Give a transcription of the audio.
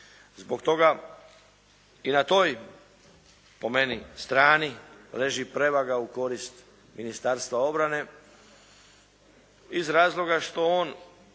Zbog toga i na toj po meni strani leži prevaga u korist Ministarstva obrane iz razloga što on,